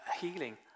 healing